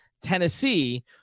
tennessee